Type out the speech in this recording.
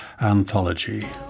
Anthology